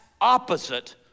opposite